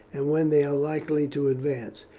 and when they are likely to advance.